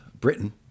Britain